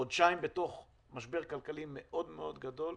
חודשיים בתוך משבר כלכלי מאוד מאוד גדול,